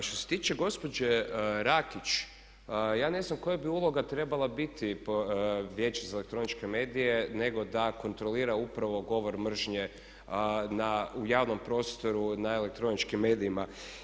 Što se tiče gospođe Rakić ja ne znam koja bi uloga trebala biti Vijeća za elektroničke medije nego da kontrolira upravo govor mržnje u javnom prostoru ne elektroničkim medijima.